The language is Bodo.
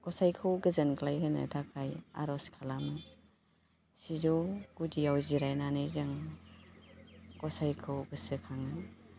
गसाइखौ गोजोनग्लाय होनो थाखाय आर'ज खालामो सिजौ गुदियाव जिरायनानै जों गसाइखौ गोसोखाङो